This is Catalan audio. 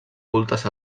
cultes